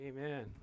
Amen